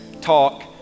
talk